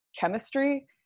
chemistry